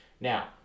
Now